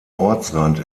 ortsrand